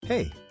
Hey